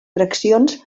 fraccions